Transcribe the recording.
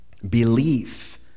Belief